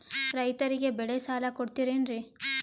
ರೈತರಿಗೆ ಬೆಳೆ ಸಾಲ ಕೊಡ್ತಿರೇನ್ರಿ?